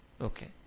Okay